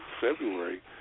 February